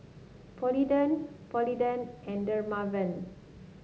Polident Polident and Dermaveen